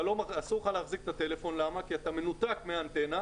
אסור לך להחזיק את הטלפון כי אתה מנותק מהאנטנה,